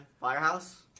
Firehouse